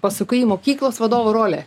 pasukai į mokyklos vadovo rolę